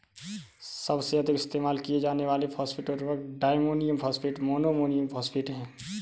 सबसे अधिक इस्तेमाल किए जाने वाले फॉस्फेट उर्वरक diammonium phosphate, mono ammonium phosphate हैं